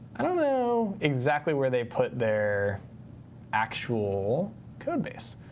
i don't know exactly where they put their actual code base.